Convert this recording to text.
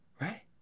right